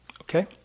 okay